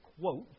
quote